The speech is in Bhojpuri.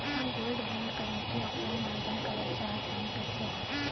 हम गोल्ड बोंड करंति ऑफलाइन आवेदन करल चाह तनि कइसे होई?